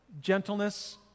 Gentleness